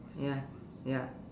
ya ya